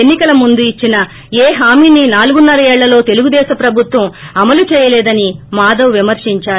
ఎన్ని కల ముందు ఇచ్చిన ఏ హామీని నాలుగున్నర ఏళ్ళల్లో తెలుగు దేశం ప్రభుత్వం అమలు చెయ్యలేదని మాధవ్ విమర్పించారు